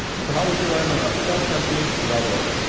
so how would you run a whole country without oil?